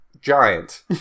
giant